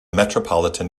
metropolitan